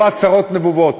לא הצהרות נבובות.